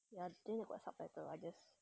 ya then they got subtitle I just